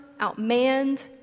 outmanned